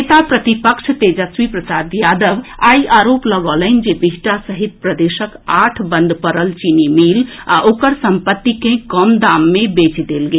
नेता प्रतिपक्ष तेजस्वी प्रसाद यादव आई आरोप लगौलनि जे बिहटा सहित प्रदेशक आठ बंद पड़ल चीनी मिल आ ओकर सम्पत्ति के कम दाम मे बेचि देल गेल